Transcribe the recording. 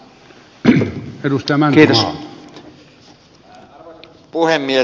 arvoisa puhemies